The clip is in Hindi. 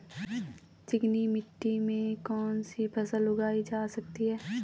चिकनी मिट्टी में कौन सी फसल उगाई जा सकती है?